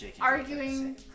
arguing